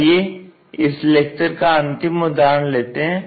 आइए इस लेक्चर का अंतिम उदाहरण लेते हैं